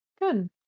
Good